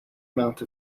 amount